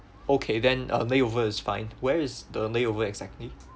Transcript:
okay then uh the layover is fine where is the layover exactly